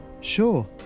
Sure